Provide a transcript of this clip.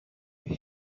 you